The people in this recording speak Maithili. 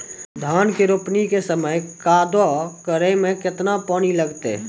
धान के रोपणी के समय कदौ करै मे केतना पानी लागतै?